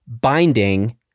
binding